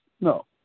No